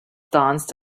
danced